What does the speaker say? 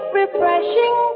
refreshing